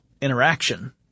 interaction